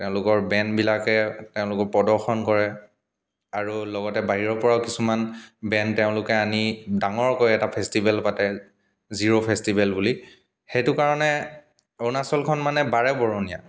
তেওঁলোকৰ বেণ্ডবিলাকে তেওঁলোকৰ প্ৰদৰ্শন কৰে আৰু লগতে বাহিৰৰ পৰা কিছুমান বেণ্ড তেওঁলোকে আনি ডাঙৰকৈ এটা ফেষ্টিভেল পাতে জিৰো ফেষ্টিভেল বুলি সেইটো কাৰণে মানে অৰুণাচলখন বাৰেবৰণীয়া